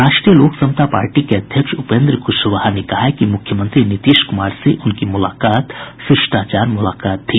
राष्ट्रीय लोक समता पार्टी के अध्यक्ष उपेन्द्र कुशवाहा ने कहा है कि मुख्यमंत्री नीतीश कुमार से उनकी मुलाकात शिष्टाचार मुलाकात थी